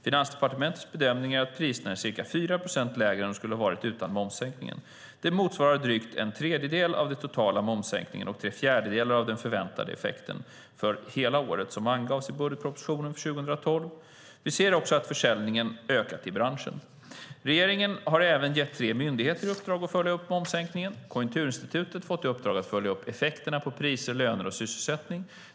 Finansdepartementets bedömning är att priserna är ca 4 procent lägre än de skulle ha varit utan momssänkningen. Det motsvarar drygt en tredjedel av den totala momssänkningen och tre fjärdedelar av den förväntade effekt för hela året som angavs i budgetpropositionen för 2012. Vi ser också att försäljningen ökat i branschen. Regeringen har även gett tre myndigheter i uppdrag att följa upp momssänkningen. Konjunkturinstitutet har fått i uppdrag att följa upp effekterna på priser, löner och sysselsättning.